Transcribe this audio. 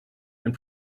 and